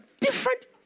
Different